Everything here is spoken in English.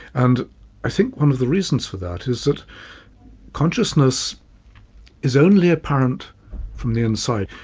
and i think one of the reasons for that is that consciousness is only apparent from the inside.